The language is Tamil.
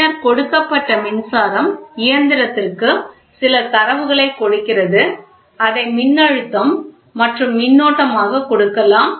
பின்னர் கொடுக்கப்பட்ட மின்சாரம் இயந்திரத்திற்கு சில தரவுகளை கொடுக்கிறது அதை மின்னழுத்தம் மற்றும் மின்னோட்டம் ஆக கொடுக்கலாம்